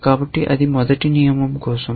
కాబట్టి అది మొదటి నియమం కోసం